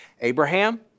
Abraham